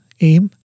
aim